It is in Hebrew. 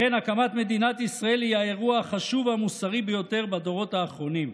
לכן הקמת מדינת ישראל היא האירוע החשוב והמוסרי ביותר בדורות האחרונים.